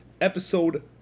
episode